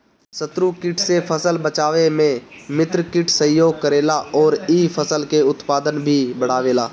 शत्रु कीट से फसल बचावे में मित्र कीट सहयोग करेला अउरी इ फसल के उत्पादन भी बढ़ावेला